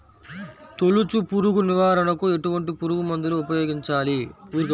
తొలుచు పురుగు నివారణకు ఎటువంటి పురుగుమందులు ఉపయోగించాలి?